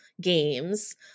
games